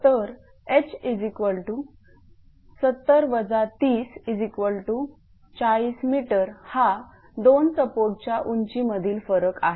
तर h70 3040 m हा 2 सपोर्टच्या उंची मधील फरक आहे